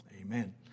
Amen